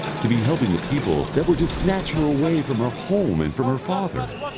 to be helping the people that were to snatch her away from her home and from her father.